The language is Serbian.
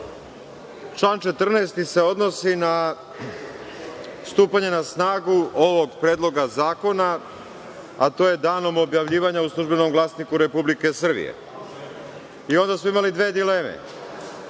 Član 14. se odnosi na stupanje na snagu ovog Predloga zakona, a to je danom objavljivanja u „Službenom glasniku“ Republike Srbije. Imali smo dve dileme: